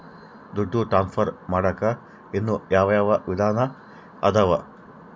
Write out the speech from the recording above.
ದುಡ್ಡು ಟ್ರಾನ್ಸ್ಫರ್ ಮಾಡಾಕ ಇನ್ನೂ ಯಾವ ಯಾವ ವಿಧಾನ ಅದವು?